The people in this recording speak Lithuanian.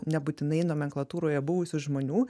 nebūtinai nomenklatūroje buvusių žmonių